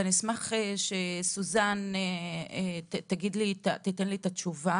ואני אשמח שסוזן תיתן לי תשובה